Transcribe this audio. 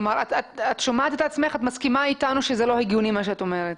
את מסכימה אתנו שזה לא הגיוני מה שאת אומרת?